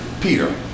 Peter